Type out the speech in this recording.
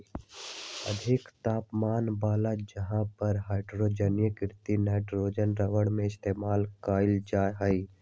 अधिक तापमान वाला जगह पर हाइड्रोजनीकृत नाइट्राइल रबर के इस्तेमाल कइल जा हई